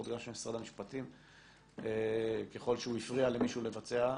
וגם של משרד המשפטים ככל שהוא הפריע למישהו לבצע,